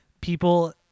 people